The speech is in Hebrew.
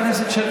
חברת הכנסת,